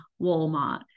Walmart